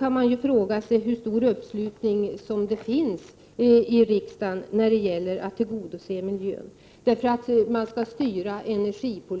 Man kan fråga sig hur stor uppslutning det finns i riksdagen när det gäller att tillgodose miljön. Energipolitiken skall